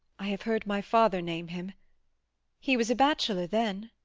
i have heard my father name him he was a bachelor then.